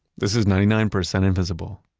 this is ninety nine percent invisible.